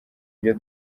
byo